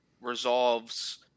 resolves